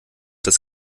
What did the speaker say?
das